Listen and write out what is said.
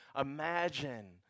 Imagine